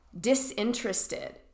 disinterested